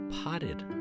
Potted